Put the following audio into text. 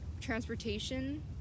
transportation